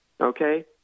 Okay